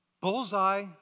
Bullseye